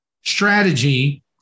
strategy